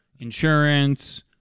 Insurance